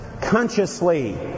consciously